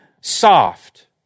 soft